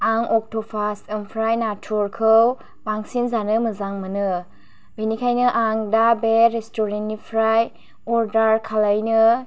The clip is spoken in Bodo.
आं अक्ट'पास आमफ्राय नाथुरखौ बांसिन जानो मोजां मोनो बेनिखायनो आं दा बे रेस्ट'रेन्टनिफ्राय अर्डार खालायनो